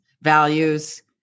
values